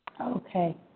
Okay